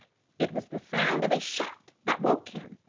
it was the sound of a shot that woke him.